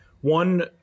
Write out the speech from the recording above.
One